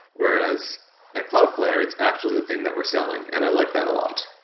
whereas at cloudflare, it's actually the thing that we're selling and i like that a lot.